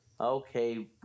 Okay